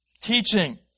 Teaching